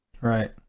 Right